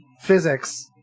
physics